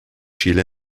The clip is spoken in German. chile